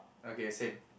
okay same